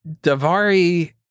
Davari